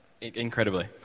Incredibly